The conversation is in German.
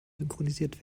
synchronisiert